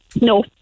No